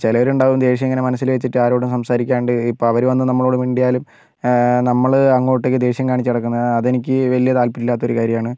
ചിലരുണ്ടാവും ദേഷ്യമിങ്ങനെ മനസ്സിൽ വെച്ചിട്ട് ആരോടും സംസാരിക്കാണ്ട് ഇപ്പോൾ അവർ വന്ന് നമ്മളോട് മിണ്ടിയാലും നമ്മൾ അങ്ങോട്ടേക്ക് ദേഷ്യം കാണിച്ച് നടക്കുന്ന അതെനിക്ക് വലിയ താല്പര്യമില്ലാത്ത ഒരു കാര്യമാണ്